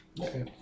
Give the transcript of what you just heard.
Okay